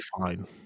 fine